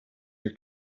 your